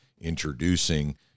introducing